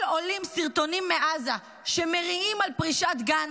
עולים סרטונים מעזה שמריעים על פרישת גנץ?